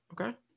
Okay